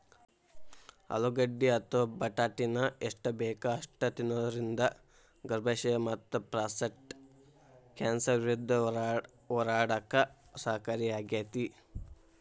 ಆಲೂಗಡ್ಡಿ ಅಥವಾ ಬಟಾಟಿನ ಎಷ್ಟ ಬೇಕ ಅಷ್ಟ ತಿನ್ನೋದರಿಂದ ಗರ್ಭಾಶಯ ಮತ್ತಪ್ರಾಸ್ಟೇಟ್ ಕ್ಯಾನ್ಸರ್ ವಿರುದ್ಧ ಹೋರಾಡಕ ಸಹಕಾರಿಯಾಗ್ಯಾತಿ